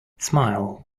smile